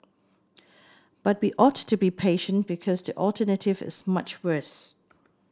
but we ought to be patient because the alternative is much worse